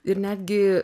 ir netgi